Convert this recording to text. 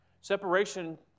Separation